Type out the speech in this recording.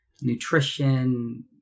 nutrition